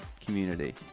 community